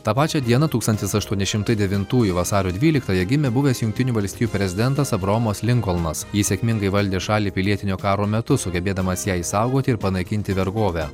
tą pačią dieną tūkstantis aštuoni šimtai devintųjų vasario dvyliktąją gimė buvęs jungtinių valstijų prezidentas abraomas linkolnas jis sėkmingai valdė šalį pilietinio karo metu sugebėdamas ją išsaugoti ir panaikinti vergovę